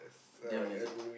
damn legend